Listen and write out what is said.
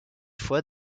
fois